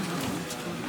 תודה רבה.